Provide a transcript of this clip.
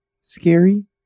scary